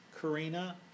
Karina